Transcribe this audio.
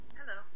Hello